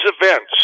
events